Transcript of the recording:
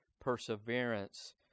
perseverance